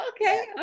okay